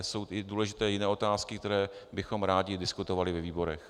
Jsou důležité i jiné otázky, které bychom rádi diskutovali ve výborech.